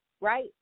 right